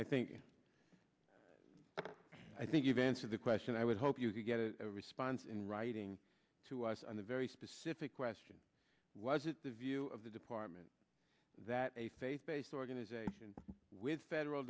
i think i think you've answered the question i would hope you could get a response in writing to us on the very specific question was it the view of the department that a faith based organization with federal